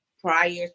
prior